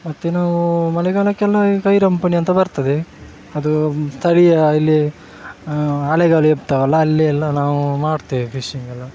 ಮತ್ತು ನಾವು ಮಲೆಗಾಲಕ್ಕೆಲ್ಲ ಈ ಕೈ ರಂಪಣಿ ಅಂತ ಬರ್ತದೆ ಅದು ಸ್ಥಳೀಯ ಇಲ್ಲಿ ಅಲೆಗಳು ಇರ್ತಾವಲ್ಲ ಅಲ್ಲೆಲ್ಲ ನಾವು ಮಾಡ್ತೇವೆ ಫಿಶಿಂಗೆಲ್ಲ